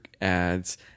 ads